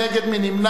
מי נמנע?